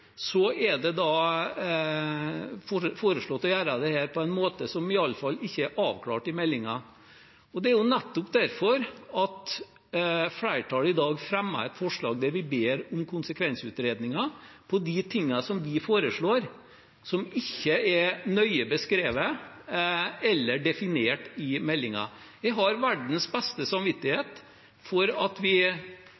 er det foreslått å gjøre dette på en måte som iallfall ikke er avklart i meldingen. Det er nettopp derfor flertallet i dag fremmer et forslag der vi ber om konsekvensutredninger av de tingene vi foreslår som ikke er nøye beskrevet eller definert i meldingen. Vi har verdens beste